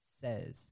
Says